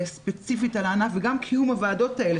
ספציפית על הענף וגם קיום הוועדות האלה,